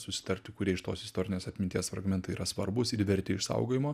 susitarti kurie iš tos istorinės atminties fragmentai yra svarbūs ir verti išsaugojimo